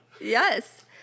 Yes